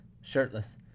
shirtless